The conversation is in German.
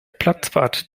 platzwart